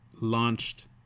launched